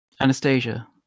Anastasia